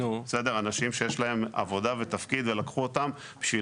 אנשים שיש להם עבודה ותפקיד ולקחו אותם בשביל